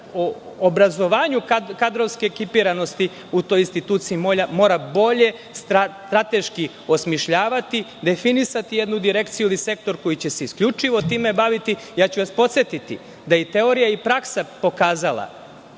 obrazovanja kadrovske ekipiranosti, u toj instituciji mora bolje osmišljavati, definisati jednu direkciju ili sektor koji će se isključivo time baviti. Podsetiću vas da je i teorija i praksa pokazala